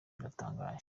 biratangaje